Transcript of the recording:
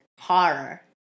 Horror